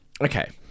okay